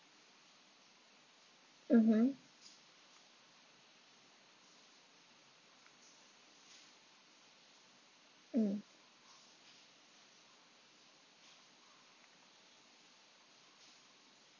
mmhmm mm